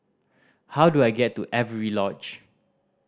how do I get to Avery Lodge